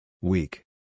Weak